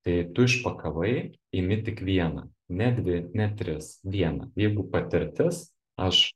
tai tu išpakavai imi tik vieną ne dvi net tris vieną jeigu patirtis aš